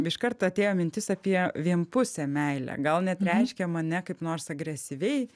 iškart atėjo mintis apie vienpusę meilę gal net reiškia man ją kaip nors agresyviai